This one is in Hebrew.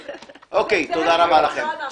תודה.